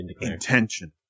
intention